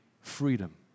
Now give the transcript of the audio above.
freedom